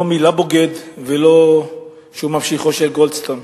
לא המלה "בוגד" ולא שהוא ממשיכו של גולדסטון.